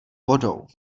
vodou